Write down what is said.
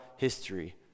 history